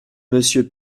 monsieur